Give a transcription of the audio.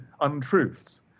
untruths